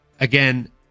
again